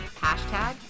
Hashtag